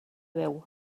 veu